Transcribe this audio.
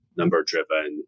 number-driven